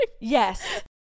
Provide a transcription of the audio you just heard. yes